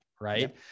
Right